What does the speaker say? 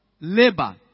labor